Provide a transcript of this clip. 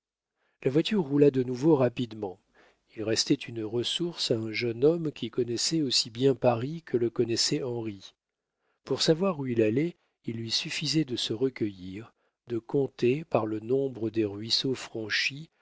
la voiture roula de nouveau rapidement il restait une ressource à un jeune homme qui connaissait aussi bien paris que le connaissait henri pour savoir où il allait il lui suffisait de se recueillir de compter par le nombre des ruisseaux franchis